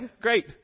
great